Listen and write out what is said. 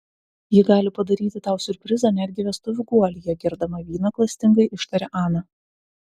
ji gali padaryti tau siurprizą netgi vestuvių guolyje gerdama vyną klastingai ištarė ana